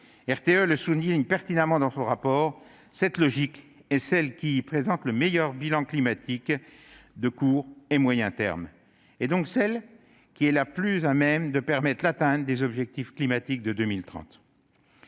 (RTE) le souligne pertinemment dans son récent rapport, cette logique est celle qui présente le meilleur bilan climatique de court et de moyen terme. C'est donc celle qui est la mieux à même de nous permettre d'atteindre nos objectifs climatiques pour 2030.